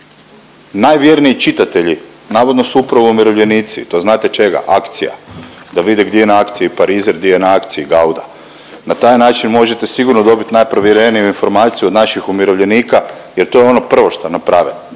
Najvjerniji čitatelji navodno su upravo umirovljenici i to znate čega, akcija, da vide gdje je na akciji parizer, gdje je na akciji gauda. Na taj način možete sigurno dobit najprovjereniju informaciju od naših umirovljenika jer to je ono prvo šta naprave